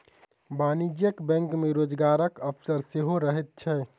वाणिज्यिक बैंक मे रोजगारक अवसर सेहो रहैत छै